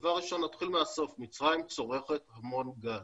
נתחיל מהסוף, דבר ראשון, מצרים צורכת המון גז.